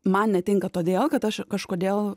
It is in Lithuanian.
man netinka todėl kad aš kažkodėl